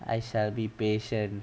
I shall be patient